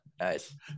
nice